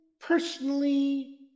personally